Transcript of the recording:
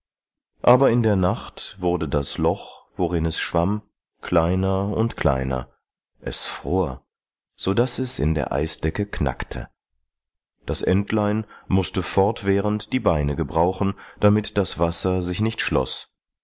aber in der nacht wurde das loch worin es schwamm kleiner und kleiner es fror sodaß es in der eisdecke knackte das entlein mußte fortwährend die beine gebrauchen damit das wasser sich nicht schloß